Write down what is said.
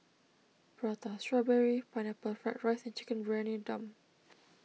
Prata Strawberry Pineapple Fried Rice and Chicken Briyani Dum